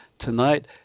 tonight